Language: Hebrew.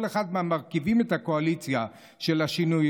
כל אחד מהמרכיבים את הקואליציה של השינוי,